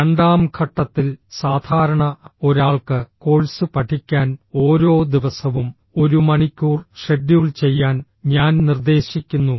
രണ്ടാം ഘട്ടത്തിൽ സാധാരണ ഒരാൾക്ക് കോഴ്സ് പഠിക്കാൻ ഓരോ ദിവസവും ഒരു മണിക്കൂർ ഷെഡ്യൂൾ ചെയ്യാൻ ഞാൻ നിർദ്ദേശിക്കുന്നു